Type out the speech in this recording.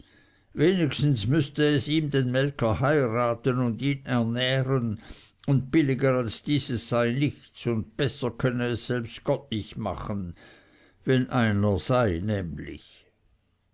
wenigstens müßte es ihm den melker heiraten und ihn ernähren und billiger als dieses sei nichts und besser könne es selbst gott nicht machen wenn einer sei nämlich